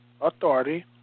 authority